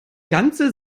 ganze